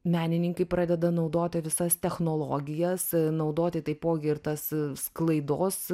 menininkai pradeda naudoti visas technologijas naudoti taipogi ir tas sklaidos